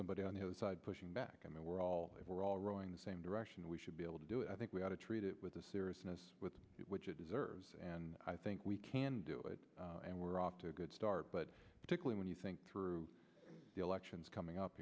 somebody on his side pushing back i mean we're all we're all rowing the same direction we should be able to do it i think we ought to treat it with the seriousness with which it deserves and i think we can do it and we're off to a good start but particularly when you think through the elections coming up